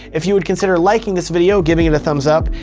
if you would consider liking this video, giving it a thumbs up,